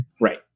Right